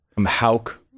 Hauk